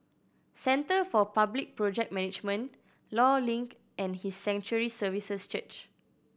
Center for Public Project Management Law Link and His Sanctuary Services Church